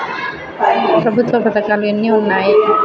ప్రభుత్వ పథకాలు ఎన్ని ఉన్నాయి?